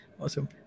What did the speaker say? Awesome